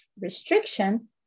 restriction